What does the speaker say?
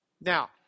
Now